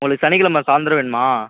உங்களுக்கு சனிக்கிலம சாயந்தரம் வேணுமா